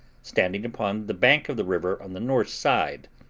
standing upon the bank of the river on the north side,